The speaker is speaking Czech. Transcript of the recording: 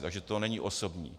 Takže to není osobní.